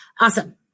Awesome